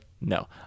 no